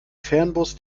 fernbus